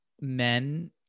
men